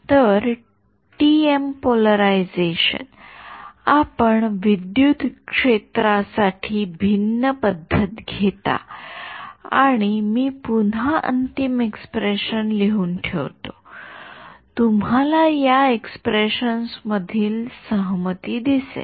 तर TM polarization आपण विद्युत क्षेत्रासाठी भिन्न पद्धत घेता आणि मी पुन्हा अंतिम एक्सप्रेशन् लिहून ठेवतो तुम्हाला या एक्सप्रेशन्स मधील सममिती दिसेल